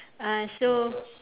uh so